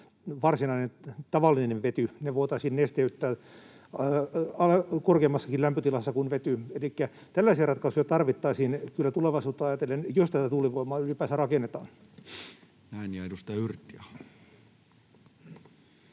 kuin tavallinen vety. Ne voitaisiin nesteyttää korkeammassakin lämpötilassa kuin vety. Elikkä tällaisia ratkaisuja tarvittaisiin kyllä tulevaisuutta ajatellen, jos tätä tuulivoimaa ylipäänsä rakennetaan. [Speech 157]